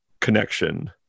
connection